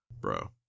Bro